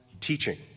teaching